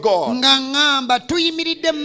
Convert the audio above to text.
God